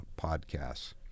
podcasts